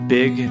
big